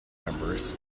members